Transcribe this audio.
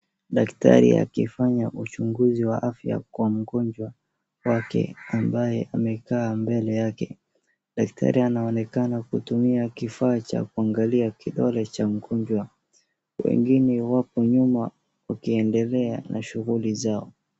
Daktari akifanya uchunguzi wa afya kwa mgonjwa wake ambaye amekaa mbele yake. Daktari anaonekana kutumia kifaa cha kuangalia kidole cha mgonjwa. Wengine wako nyuma wakiendelea shughuli zao.